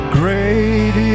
great